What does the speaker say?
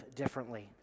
differently